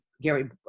Gary